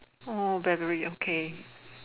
one more battery okay